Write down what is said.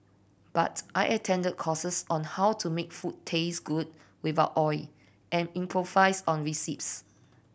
but I attended courses on how to make food taste good without oil and improvise on recipes